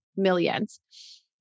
millions